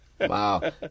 Wow